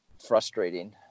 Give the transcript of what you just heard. frustrating